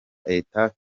etat